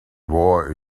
war